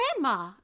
Grandma